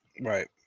Right